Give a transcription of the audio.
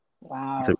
wow